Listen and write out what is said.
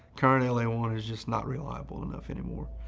current l a one, is just not reliable enough anymore.